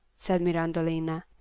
said mirandolina,